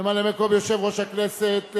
ממלא-מקום יושב-ראש הכנסת